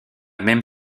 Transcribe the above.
même